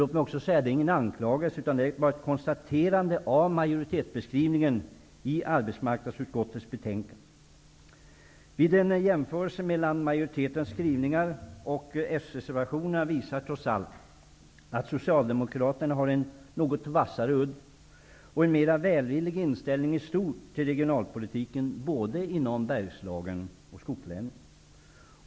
Låt mig också säga att det inte är någon anklagelse -- det är bara ett konstaterande om majoritetsskrivningen i arbetsmarknadsutskottets betänkande. En jämförelse mellan majoritetens skrivningar och s-reservationerna visar trots allt att Socialdemokraterna har en något vassare udd och en mer välvillig inställning i stort till regionalpolitiken både inom Bergslagen och i skogslänen.